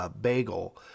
bagel